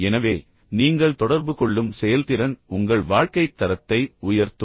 எனவே நீங்கள் தொடர்பு கொள்ளும் செயல்திறன் உங்கள் வாழ்க்கைத் தரத்தை உயர்த்தும்